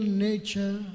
nature